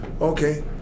okay